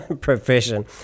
profession